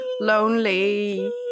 lonely